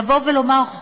לבוא ולומר,